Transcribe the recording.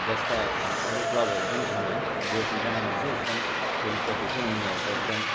जस्ता अरू क्लबहरू पनि छन् है जस जहाँनिर चाहिँ एकदम खेल प्रति चाहिँ उनीहरूको एकदम